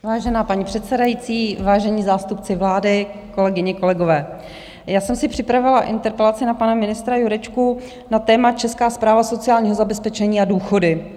Vážená paní předsedající, vážení zástupci vlády, kolegyně, kolegové, já jsem si připravila interpelaci na pana ministra Jurečku na téma Česká správa sociálního zabezpečení a důchody.